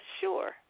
sure